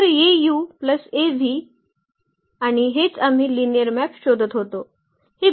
तर आणि हेच आम्ही लिनिअर मॅप शोधत होतो